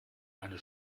eine